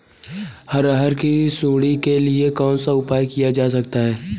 अरहर की सुंडी के लिए कौन सा उपाय किया जा सकता है?